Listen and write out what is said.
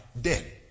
dead